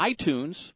iTunes